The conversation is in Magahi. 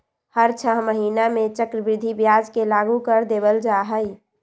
हर छ महीना में चक्रवृद्धि ब्याज के लागू कर देवल जा हई